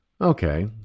Okay